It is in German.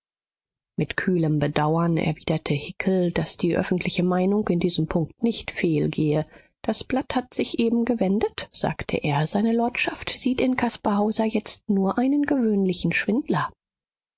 mit kühlem bedauern erwiderte hickel daß die öffentliche meinung in diesem punkt nicht fehlgehe das blatt hat sich eben gewendet sagte er seine lordschaft sieht in caspar hauser jetzt nur einen gewöhnlichen schwindler